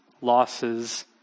losses